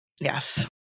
Yes